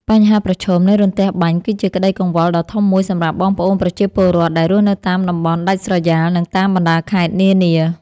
បញ្ហាប្រឈមនៃរន្ទះបាញ់គឺជាក្តីកង្វល់ដ៏ធំមួយសម្រាប់បងប្អូនប្រជាពលរដ្ឋដែលរស់នៅតាមតំបន់ដាច់ស្រយាល និងតាមបណ្តាខេត្តនានា។